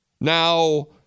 now